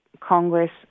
Congress